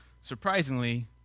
surprisingly